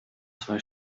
zwei